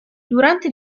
durante